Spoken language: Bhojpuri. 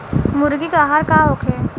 मुर्गी के आहार का होखे?